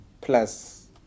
Plus